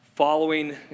following